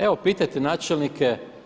Evo pitajte načelnike.